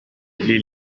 lil